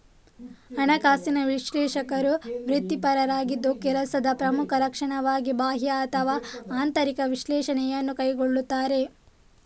ಹಣಕಾಸಿನ ವಿಶ್ಲೇಷಕರು ವೃತ್ತಿಪರರಾಗಿದ್ದು ಕೆಲಸದ ಪ್ರಮುಖ ಲಕ್ಷಣವಾಗಿ ಬಾಹ್ಯ ಅಥವಾ ಆಂತರಿಕ ವಿಶ್ಲೇಷಣೆಯನ್ನು ಕೈಗೊಳ್ಳುತ್ತಾರೆ